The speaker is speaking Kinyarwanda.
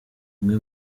umwe